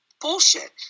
bullshit